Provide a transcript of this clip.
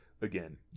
again